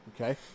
Okay